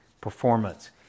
performance